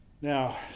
Now